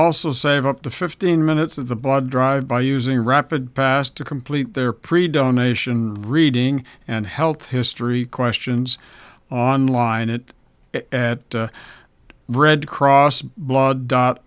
also save up to fifteen minutes of the blood drive by using rapid pass to complete their pre dawn nation reading and health history questions online it at red cross blood dot